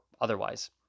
otherwise